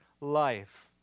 life